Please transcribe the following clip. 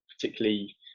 particularly